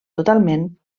totalment